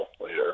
later